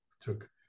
took